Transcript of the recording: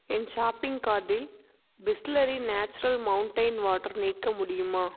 என் shopping கார்டில் Bisleri natural mountain water நீக்க முடியுமா